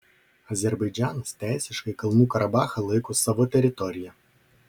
azerbaidžanas teisiškai kalnų karabachą laiko savo teritorija